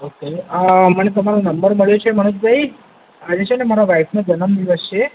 okay uh મને તમારો નંબર મળ્યો છે મનોજભૈ આજે છે ને મારા વાઇફનો જન્મદિવસ છે